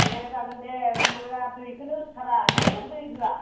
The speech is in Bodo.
दे जागोन दे जोंफोरा दैखोनो होथारा नोंबो दै होआ